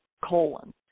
colon